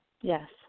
Yes